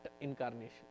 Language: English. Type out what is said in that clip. incarnation